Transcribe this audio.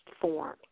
form